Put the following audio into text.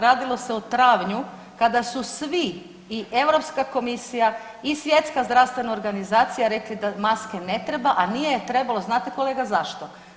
Radilo se o travnju kada su svi i Europska komisija i Svjetska zdravstvena organizacija rekli da maske ne treba, a nije trebalo znate kolega zašto?